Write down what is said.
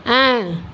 ఆ